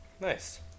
Nice